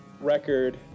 record